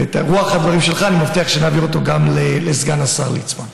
ואת רוח הדברים שלך אני מבטיח שנעביר גם לסגן השר ליצמן.